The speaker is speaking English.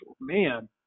man